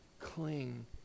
cling